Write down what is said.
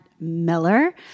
Miller